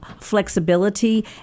flexibility